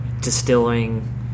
distilling